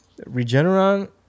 Regeneron